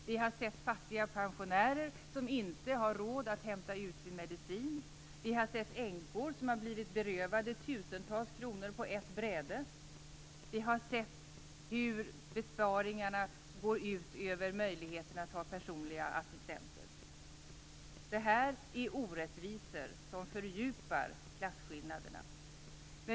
Vi har sett fattiga pensionärer som inte har råd att hämta ut sin medicin. Vi har sett änkor som har blivit berövade tusentals kronor på ett bräde. Vi har sett hur besparingarna går ut över möjligheterna att ha personliga assistenter. Detta är orättvisor som fördjupar klasskillnaderna.